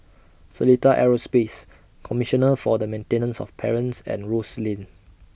Seletar Aerospace Commissioner For The Maintenance of Parents and Rose Lane